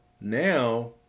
now